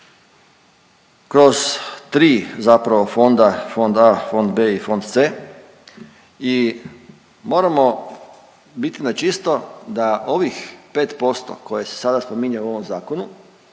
kroz 3 zapravo fonda, fond A, fond B i fond C i moramo bit načisto da ovih 5% koje se sada spominje u ovom zakonu